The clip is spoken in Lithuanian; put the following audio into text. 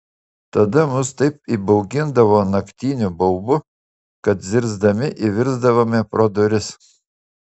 tada mus taip įbaugindavo naktiniu baubu kad zirzdami įvirsdavome pro duris